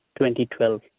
2012